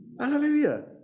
Hallelujah